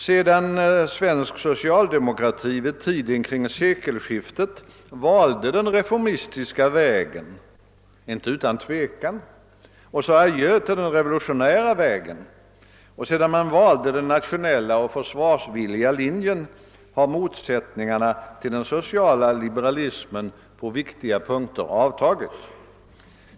Sedan svensk socialdemokrati vid tiden kring sekelskiftet valde den reformistiska vägen — inte utan tvekan — och sade adjö till den revolutionära vägen och sedan man valt den nationelia och försvarsvilliga linjen har motsättningarna till den sociala liberalismen på viktiga punkter avtagit.